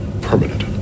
permanent